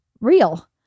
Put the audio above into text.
real